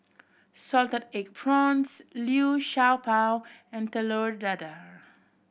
salted egg prawns Liu Sha Bao and Telur Dadah